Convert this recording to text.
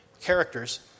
characters